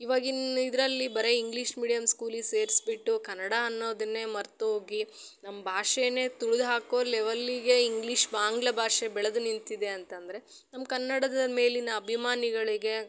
ಇವಗಿನ ಇದರಲ್ಲಿ ಬರಿ English medium ಸ್ಕೂಲಿಗೆ ಸೇರಿಸ್ಬಿಟ್ಟು ಕನ್ನಡ ಅನ್ನೋದನ್ನೆ ಮರೆತೋಗಿ ನಮ್ಮ ಭಾಷೇನೆ ತುಳ್ದು ಹಾಕೊ ಲೆವೆಲ್ಲಿಗೆ ಇಂಗ್ಲೀಷ್ ಆಂಗ್ಲ ಭಾಷೆ ಬೆಳೆದು ನಿಂತಿದೆ ಅಂತಂದರೆ ನಮ್ಮ ಕನ್ನಡದ ಮೇಲಿನ ಅಭಿಮಾನಿಗಳಿಗೆ